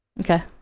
Okay